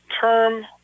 term